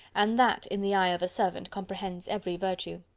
and that in the eye of a servant comprehends every virtue.